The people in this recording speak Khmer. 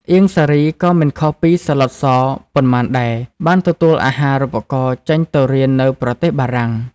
អៀង សារី ក៏មិនខុសពី សាឡុត ស ប៉ុន្មានដែរ បានទទួលអាហារូបករណ៍ចេញទៅរៀននៅប្រទេសបារាំង។